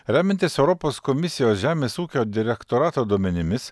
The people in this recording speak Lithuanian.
remiantis europos komisijos žemės ūkio direktorato duomenimis